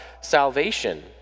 salvation